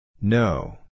No